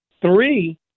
three